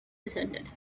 descended